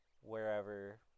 wherever